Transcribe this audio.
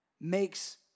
makes